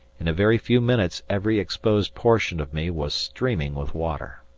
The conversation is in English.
in a very few minutes every exposed portion of me was streaming with water.